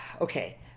okay